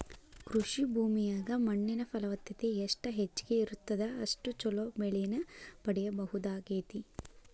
ಕೃಷಿ ಭೂಮಿಯಾಗ ಮಣ್ಣಿನ ಫಲವತ್ತತೆ ಎಷ್ಟ ಹೆಚ್ಚಗಿ ಇರುತ್ತದ ಅಷ್ಟು ಚೊಲೋ ಬೆಳಿನ ಪಡೇಬಹುದಾಗೇತಿ